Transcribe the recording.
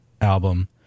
album